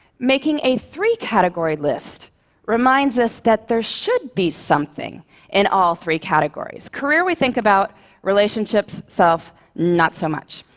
making a three-category list reminds us that there should be something in all three categories. career, we think about relationships, self not so much.